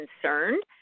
concerned